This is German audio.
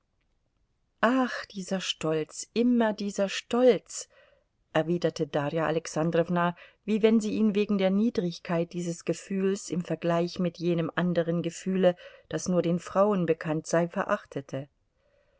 ach dieser stolz immer dieser stolz erwiderte darja alexandrowna wie wenn sie ihn wegen der niedrigkeit dieses gefühls im vergleich mit jenem anderen gefühle das nur den frauen bekannt sei verachtete